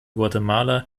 guatemala